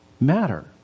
matter